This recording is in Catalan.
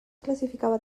classificava